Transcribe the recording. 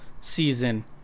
season